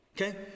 Okay